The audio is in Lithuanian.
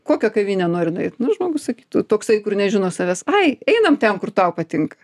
kokią kavinę nori nueit nu žmogus sakytų toksai kur nežino savęs ai einam ten kur tau patinka